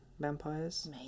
vampires